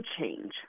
change